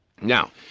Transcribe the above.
Now